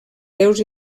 déus